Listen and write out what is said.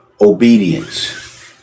obedience